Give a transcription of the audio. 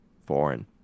foreign